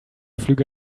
flüge